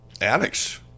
addicts